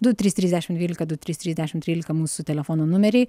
du trys trys dešim dvylika du trys trys dešim trylika mūsų telefono numeriai